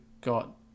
got